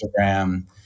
Instagram